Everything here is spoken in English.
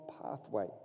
pathway